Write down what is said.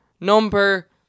number